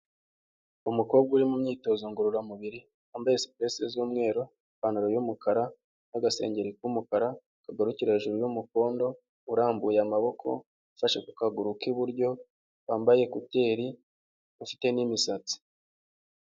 Umukobwa uri mu myitozo ngororamubiri wambaye supuresi z'umweru, ipantaro y’ umukara, n' agasengeri k'umukara, kagarukira hejuru y'umukonndo, urambuye amaboko afashe ku kaguru k' iburyo wambaye kuteri ufite n' imisatsi.